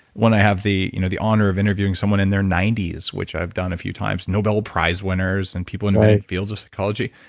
when i have the you know the honor of interviewing someone in their ninety s, which i've done a few times, nobel prize winners and people in the fields of psychology.